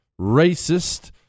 racist